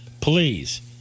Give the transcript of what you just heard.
please